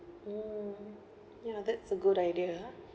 mm ya that's a good idea ah